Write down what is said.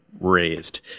raised